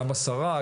גם השרה,